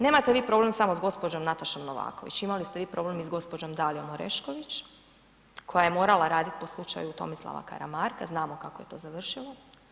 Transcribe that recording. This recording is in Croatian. Nemate vi problem samo s gospođom Natašom Novaković, imali ste vi problem i sa gospođom Dalijom Orešković koja je morala raditi po slučaju Tomislava Karamarka, znamo kako je to završilo.